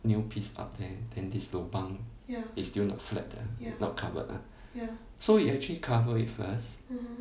new piece up there then this is still not flat ah not covered ah so he actually cover it first